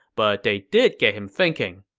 but they did get him thinking,